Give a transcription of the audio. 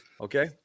Okay